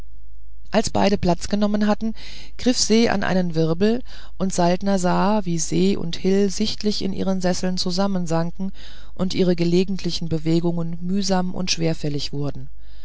als beide platz genommen hatten griff se an einen wirbel und saltner sah wie se und hil sichtlich in ihren sesseln zusammensanken und ihre gelegentlichen bewegungen mühsam und schwerfällig wurden